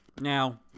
Now